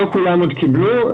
לא כולם עוד קיבלו.